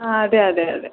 ആ അതെ അതെ അതെ